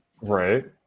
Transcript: Right